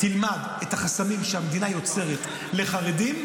זה חסם, ושום סיפורים.